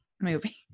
movie